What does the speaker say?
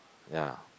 ya